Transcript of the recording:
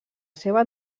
seva